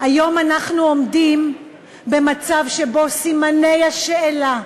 היום אנחנו עומדים במצב שבו סימני השאלה,